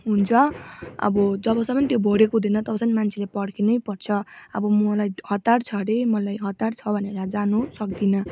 हुन्छ अब जबसम्म त्यो भरिएको हुँदैन तबसम्म मान्छेले पर्खिनै पर्छ अब मलाई हतार छ अरे मलाई हतार छ भनेर जानु सक्दिनँ